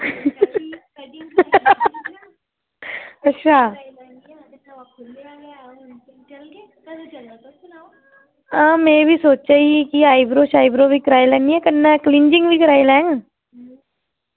अच्छा में बी सोचा दी ही कि आईब्रो शाइब्रो कराई लैन्नी आं कन्नै क्लीज़िंनग बी कराई लैन्नी आं